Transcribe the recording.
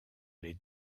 les